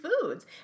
foods